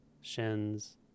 shins